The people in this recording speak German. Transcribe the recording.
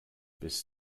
bis